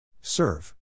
Serve